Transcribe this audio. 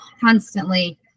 constantly